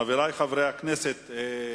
חברי חברי הכנסת,